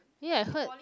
eh I heard